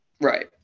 Right